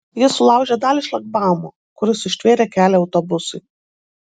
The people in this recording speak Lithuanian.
jis sulaužė dalį šlagbaumo kuris užtvėrė kelią autobusui